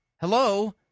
hello